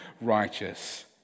righteous